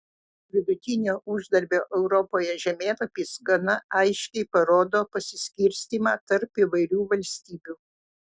vidutinio uždarbio europoje žemėlapis gana aiškiai parodo pasiskirstymą tarp įvairių valstybių